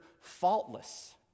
faultless